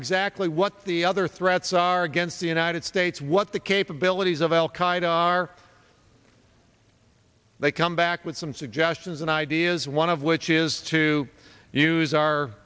exactly what the other threats are against the united states what the capabilities of al qaeda are they come back with some suggestions and ideas one of which is to use our